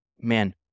man